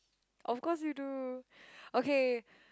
of course you do okay